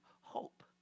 hope